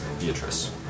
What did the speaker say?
Beatrice